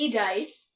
dice